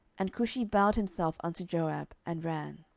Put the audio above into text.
and cushi bowed himself unto joab, and ran.